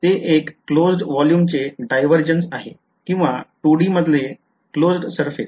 ते एक closed volume चे divergence आहे किंवा 2D मध्ये क्लोज्ड surface